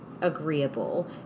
agreeable